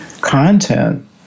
content